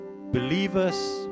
believers